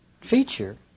feature